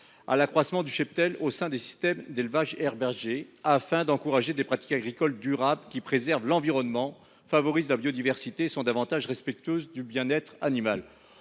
à l’accroissement du cheptel au sein de systèmes d’élevage herbagers. Il s’agit d’encourager des pratiques agricoles durables qui préservent l’environnement, favorisent la biodiversité et sont plus respectueuses du bien être animal.